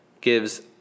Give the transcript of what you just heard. gives